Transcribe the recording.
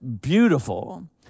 beautiful